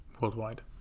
worldwide